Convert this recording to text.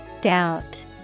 Doubt